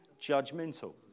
Judgmental